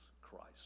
Christ